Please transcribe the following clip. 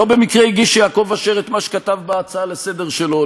לא במקרה הגיש יעקב אשר את מה שכתב בהצעה לסדר-היום שלו,